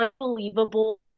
unbelievable